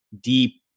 deep